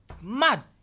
Mad